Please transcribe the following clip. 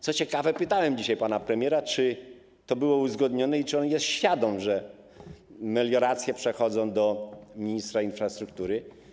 Co ciekawe, pytałem dzisiaj pana premiera, czy to było uzgodnione i czy on jest świadom, że sprawa melioracji przechodzi do ministra infrastruktury.